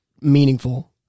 meaningful